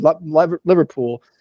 Liverpool